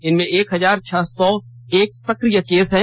इनमें एक हजार छह सौ एक सक्रिय केस हैं